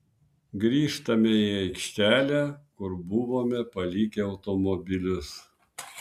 grįžtame į aikštelę kur buvome palikę automobilius